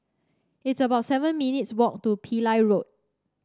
it's about seven minutes' walk to Pillai Road